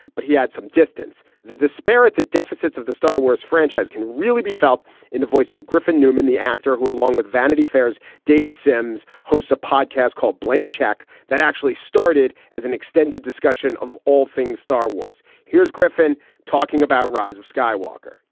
but he had some distance. the despair at the deficits of the star wars franchise can really be felt in the voice of griffin newman, the actor who, along with vanity fair's david sims, hosts a podcast called blank check that actually started as an extended discussion of all things star wars. here's griffin talking about rise of skywalker,